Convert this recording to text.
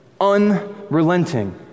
unrelenting